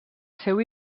seu